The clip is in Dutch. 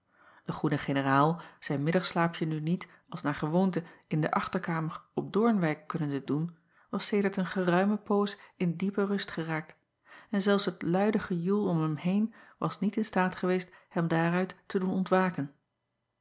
e goede generaal zijn middagslaapje nu niet als naar gewoonte in de achterkamer op oornwijck kunnende doen was sedert een geruime poos in diepe rust geraakt en zelfs het luide gejoel om hem heen was niet in staat geweest hem daaruit te doen ontwaken